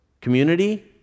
community